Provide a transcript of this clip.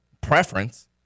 preference